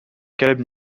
caleb